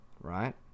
right